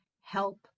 help